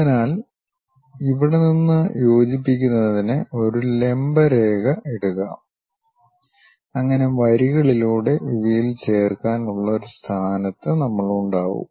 അതിനാൽ ഇവിടെ നിന്ന് യോജിപ്പിക്കുന്നതിന് ഒരു ലംബ രേഖ ഇടുക അങ്ങനെ വരികളിലൂടെ ഇവയിൽ ചേർക്കാനുള്ള ഒരു സ്ഥാനത്ത് നമ്മൾ ഉണ്ടാകും